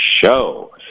show